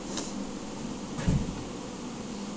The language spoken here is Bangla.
যে কোনো পরীক্ষার ফিস অনলাইনে কিভাবে জমা করব?